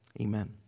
Amen